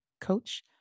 coach